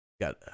Got